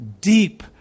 deep